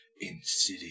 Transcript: Insidious